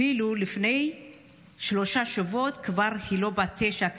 מלפני שלושה שבועות היא כבר לא בת תשע,